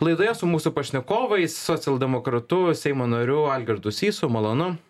laidoje su mūsų pašnekovais socialdemokratu seimo nariu algirdu sysu malonu